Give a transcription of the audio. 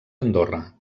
andorra